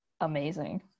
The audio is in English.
amazing